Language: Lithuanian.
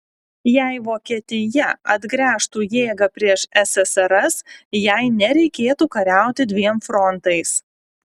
jei vokietija atgręžtų jėgą prieš ssrs jai nereikėtų kariauti dviem frontais